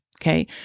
Okay